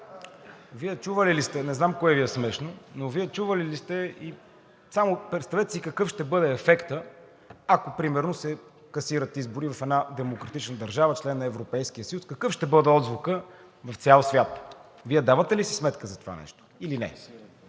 Промяната“.) Не знам кое Ви е смешно, но Вие чували ли сте, само си представете какъв ще бъде ефектът, ако примерно се касират избори в една демократична държава – член на Европейския съюз, какъв ще бъде отзвукът в цял свят? Вие давате ли си сметка за това нещо или не?